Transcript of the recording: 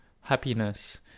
happiness